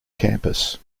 campus